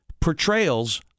portrayals